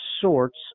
sorts